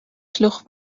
sloech